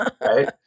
right